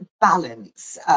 balance